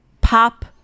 pop